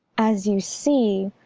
as you see.